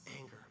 anger